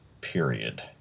period